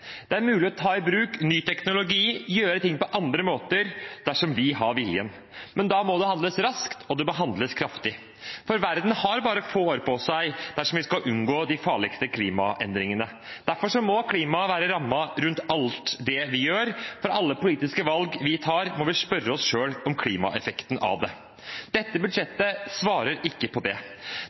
Det er mulig å ta i bruk ny teknologi og gjøre ting på andre måter dersom vi har viljen. Men da må det handles raskt, og det må handles kraftig. Verden har bare få år på seg dersom vi skal unngå de farligste klimaendringene. Derfor må klima være rammen rundt alt det vi gjør. For alle politiske valg vi tar, må vi spørre oss selv om klimaeffekten av det. Dette budsjettet svarer ikke på det.